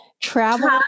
travel